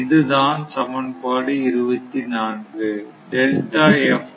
இதுதான் சமன்பாடு 24